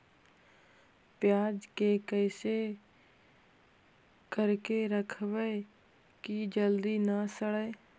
प्याज के कैसे करके घर में रखबै कि जल्दी न सड़ै?